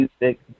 music